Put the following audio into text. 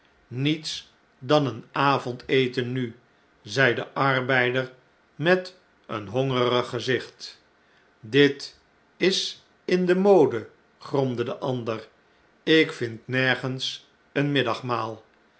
niets dan een avondeten nu zei de arbeider met een hongerig gezicht dit is in de mode gromde de ander ik vind nergenif een